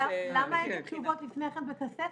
למה אין את התשובות לפני כן בכספת,